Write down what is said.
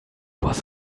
was